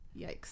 yikes